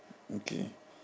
okay